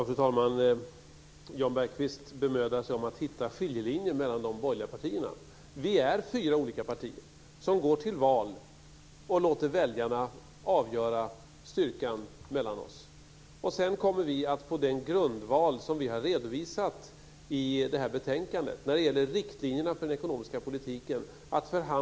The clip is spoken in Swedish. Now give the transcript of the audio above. Fru talman! Jan Bergqvist bemödar sig om att hitta skiljelinjer mellan de borgerliga partierna. Vi är fyra olika partier som går till val och låter väljarna avgöra styrkan mellan oss. Sedan kommer vi att förhandla fram ett starkt och bra regeringsprogram på den grundval som vi har redovisat i det här betänkandet när det gäller riktlinjerna för den ekonomiska politiken.